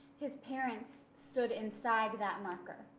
his parents stood inside that marker.